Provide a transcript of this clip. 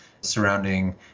surrounding